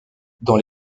dans